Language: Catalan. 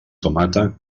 tomata